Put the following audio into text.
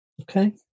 Okay